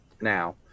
now